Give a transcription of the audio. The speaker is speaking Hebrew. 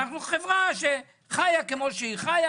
אנחנו חברה שחיה כמו שהיא חיה.